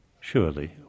Surely